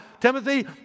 Timothy